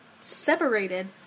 separated